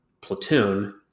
platoon